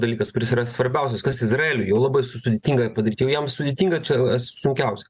dalykas kuris yra svarbiausias kas izraeliui jau labai su sudėtinga padaryt jau jam sudėtinga čia sunkiausia